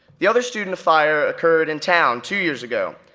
the other student fire occurred in town two years ago,